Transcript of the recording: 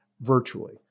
virtually